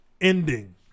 ending